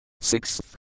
Sixth